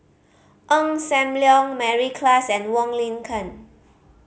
Ong Sam Leong Mary Klass and Wong Lin Ken